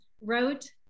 wrote